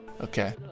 Okay